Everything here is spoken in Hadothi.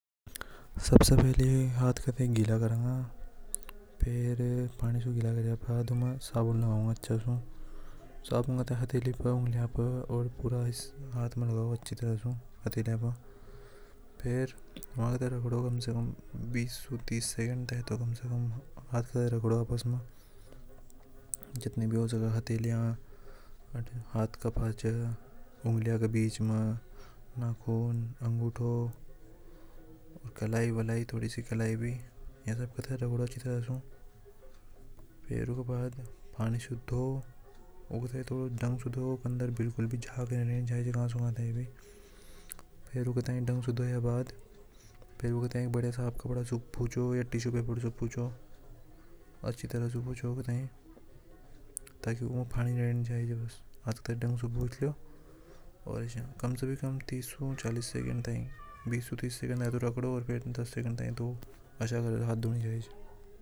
सबसे पहली हाथ को गीला करेगा पानी से और पूरा हाथ में साबुन लगाओ अच्छी तरह से ओर पूरा हिस्सा कम से कम जितनी भी जगह हथेलियां उंगलियों में हाथ का पास अंगूठे और कलाई भलाई थ। में लगाओ फिर वा थाई रगड़ो कम से कम बीस से तीस सेकंड थाई लिए जाती भी हो सके कलाई भी यह सब बिल्कुल भी झगड़ा नहीं चाहिए बाद फिर वह बड़े साफ कापड़ा सुख पूछो यह टिशू पेपर से पूछो अच्छी तरह से पूछो ताकि उने पानी नि रेने चाहिए अच्छी तरह से पूछो ऐसा हाथ साफ करो।